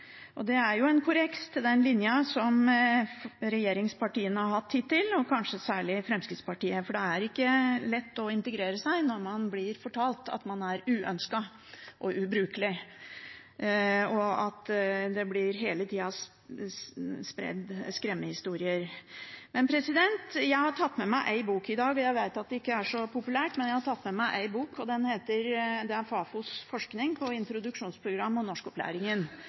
og det er en korreks av den linja som regjeringspartiene har hatt hittil, og kanskje særlig Fremskrittspartiet. For det er ikke lett å integrere seg når man blir fortalt at man er uønsket og ubrukelig, og det hele tida blir spredd skremmehistorier. Jeg har tatt med meg en bok i dag – jeg vet at det ikke er så populært, men jeg har tatt med meg én – og det er Fafos forskning på introduksjonsprogram og